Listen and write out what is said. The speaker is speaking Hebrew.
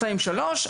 שתיים ושלוש,